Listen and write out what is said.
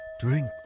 drink